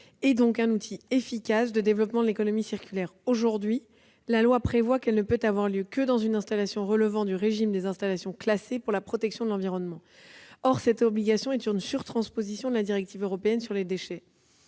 est donc un outil efficace de développement de l'économie circulaire. Aujourd'hui, la loi prévoit qu'elle ne peut avoir lieu que dans une installation relevant du régime des installations classées pour la protection de l'environnement. Or l'instauration de cette obligation est une surtransposition de la directive européenne Déchets.